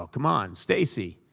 come on, stacey.